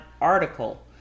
article